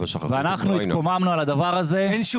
אנחנו התקוממנו על כך.